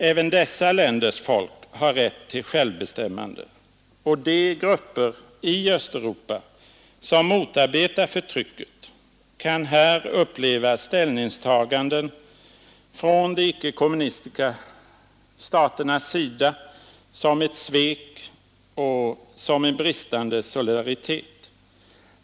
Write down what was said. Även dessa länders folk har rätt till självbestämmande, och de grupper i Östeuropa som motarbetar förtrycket kan här uppleva ställningstaganden från de icke kommunistiska staternas sida som ett svek och som en bristande solidaritet.